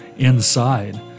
inside